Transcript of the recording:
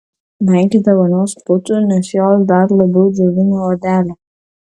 venkite vonios putų nes jos dar labiau džiovina odelę